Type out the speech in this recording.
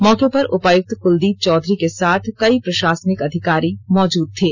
मौके पर उपायुक्त कुलदीप चौधरी के साथ कई प्रशासनिक अधिकारी मौजूद थे